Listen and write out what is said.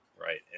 right